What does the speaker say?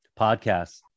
podcasts